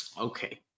Okay